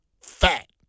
fat